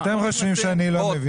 אתם חושבים שאני לא מבין?